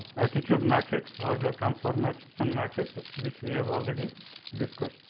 attitude matrix or the transformation so matrix ah which we have already discussed.